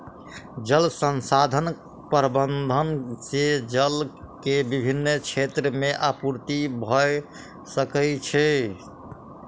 जल संसाधन प्रबंधन से जल के विभिन क्षेत्र में आपूर्ति भअ सकै छै